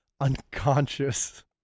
unconscious